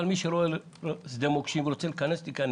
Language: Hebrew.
אבל מי שרואה שדה מוקשים ורוצה להיכנס, שייכנס.